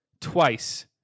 twice